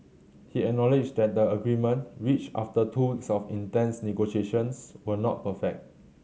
he acknowledged that the agreement reached after two weeks of intense negotiations was not perfect